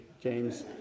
James